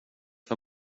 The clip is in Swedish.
för